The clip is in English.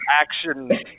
action